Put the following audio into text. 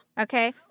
Okay